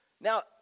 Now